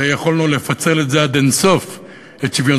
הרי יכולנו לפצל עד אין-סוף את שוויון